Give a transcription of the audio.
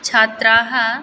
छात्राः